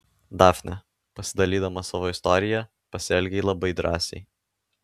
dafne pasidalydama savo istorija pasielgei labai drąsiai